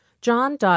John